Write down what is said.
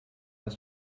ist